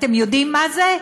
אתם יודעים מה זה?